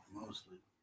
Mostly